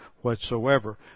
whatsoever